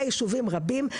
הייתי